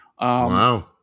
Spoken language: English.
Wow